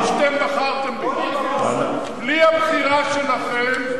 בלי הבחירה שלכם,